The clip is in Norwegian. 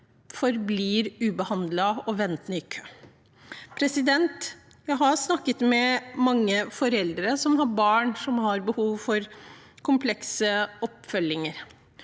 forblir ubehandlet og ventende i kø. Jeg har snakket med mange foreldre som har barn som har behov for oppfølging